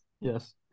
Yes